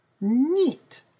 Neat